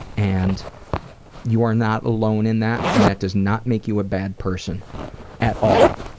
and you are not alone in that, and that does not make you a bad person at all.